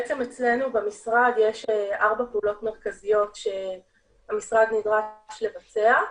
אצלנו במשרד יש ארבע פעולות מרכזיות שהמשרד נדרש לבצע.